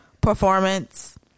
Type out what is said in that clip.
performance